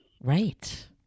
Right